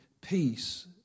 peace